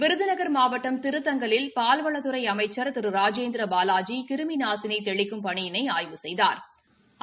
விருதுநகள் மாவட்டம் திருத்தங்கலில் பால்வளத்துறை அமைச்சள் திரு ராஜேந்திரபாலாஜி கிருமி நாசினி தெளிக்கும் பணியினை ஆய்வு செய்தாா்